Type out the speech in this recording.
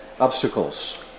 obstacles